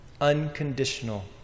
Unconditional